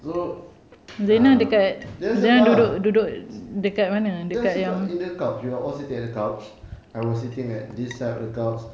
so ah dia suka dia suka in the couch we are all sitting at the couch I was sitting at this side of the couch